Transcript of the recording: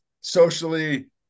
socially